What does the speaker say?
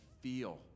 feel